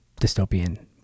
dystopian